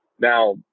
Now